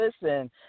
Listen